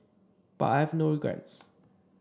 but I have no regrets